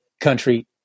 country